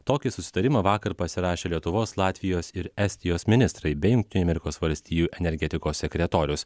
tokį susitarimą vakar pasirašė lietuvos latvijos ir estijos ministrai bei amerikos valstijų energetikos sekretorius